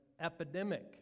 epidemic